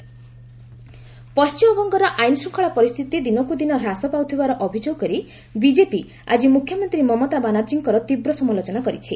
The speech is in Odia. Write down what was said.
ବିଜେପି ମମତା ପଣ୍ଟିମବଙ୍ଗର ଆଇନ ଶୃଙ୍ଖଳା ପରିସ୍ଥିତି ଦିନକୁ ଦିନ ହ୍ରାସ ପାଉଥିବାର ଅଭିଯୋଗ କରି ବିକେପି ଆକି ମୁଖ୍ୟମନ୍ତ୍ରୀ ମମତା ବାନାର୍ଜୀଙ୍କର ତୀବ୍ର ସମାଲୋଚନା କରିଛି